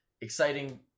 Exciting